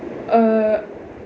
err